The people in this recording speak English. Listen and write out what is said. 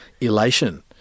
elation